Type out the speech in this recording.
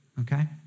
okay